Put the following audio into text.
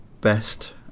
best